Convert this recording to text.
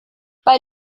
bei